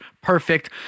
perfect